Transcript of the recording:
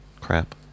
crap